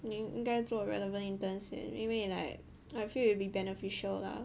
你应该做 relevant intern 先因为 like I feel it will be beneficial lah